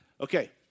Okay